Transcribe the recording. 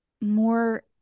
more